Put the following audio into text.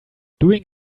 doing